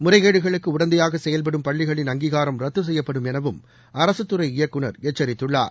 முறைகேடுகளுக்கு உடந்தையாக செயல்படும் பள்ளிகளின் அங்கீகாரம் ரத்து செய்யப்படும் எனவும் அரசுத்துறை இயக்குநர் எச்சரித்துள்ளார்